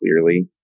clearly